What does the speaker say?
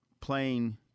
playing